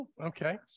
Okay